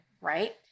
right